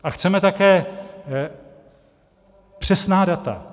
A chceme také přesná data.